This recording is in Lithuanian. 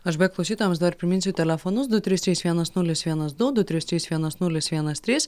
aš beje klausytojams dar priminsiu telefonus du trys trys vienas nulis vienas du du trys trys vienas nulis vienas trys